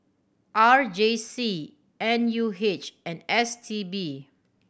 R J C N U H and S T B